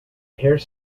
hare